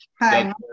Hi